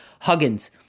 Huggins